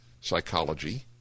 psychology